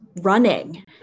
running